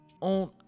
on